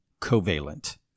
covalent